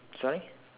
sorry